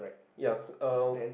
ya uh